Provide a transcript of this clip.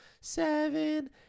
Seven